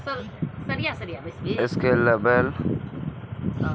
scalable startup उद्यमिता के धरातल पर उतारै लेल बहुत पूंजी के जरूरत होइ छै